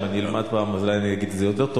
אם אני אלמד פעם אז אולי אגיד את זה יותר טוב.